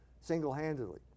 single-handedly